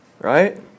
right